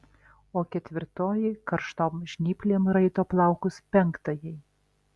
o ketvirtoji karštom žnyplėm raito plaukus penktajai